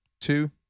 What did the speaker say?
two